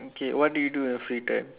okay what do you do in your free time